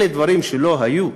אלה דברים שלא היו.